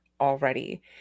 already